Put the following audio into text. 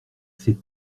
ses